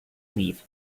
leave